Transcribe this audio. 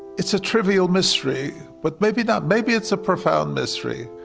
it's a trivial mystery. but maybe not. maybe it's a profound mystery,